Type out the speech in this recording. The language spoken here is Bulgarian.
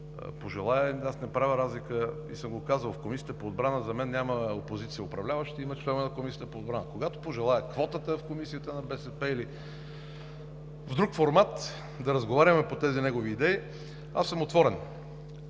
пожелае, не правя разлика и съм го казвал – в Комисията по отбрана за мен няма опозиция и управляващи, има членове на Комисията по отбрана. Когато пожелае квотата в Комисията на БСП или в друг формат да разговаряме по тези негови идеи, аз съм отворен,